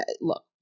Look